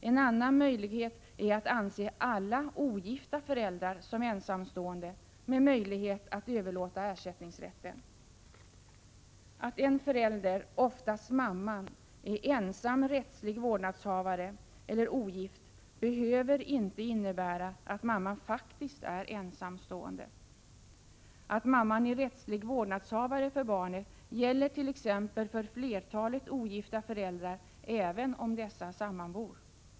En annan möjlighet är att anse alla ogifta föräldrar som ensamstående, med möjlighet att överlåta ersättningsrätten. Att en förälder, oftast mamman, är ensam rättslig vårdnadshavare eller ogift behöver inte innebära att mamman faktiskt är ensamstående. Att mamman är rättslig vårdnadshavare gäller för flertalet ogifta föräldrar, även om dessa sammanbor.